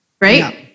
right